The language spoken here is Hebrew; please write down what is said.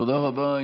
תודה רבה.